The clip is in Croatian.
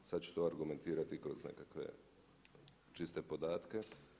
Sada ću to argumentirati kroz nekakve čiste podatke.